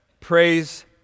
Praise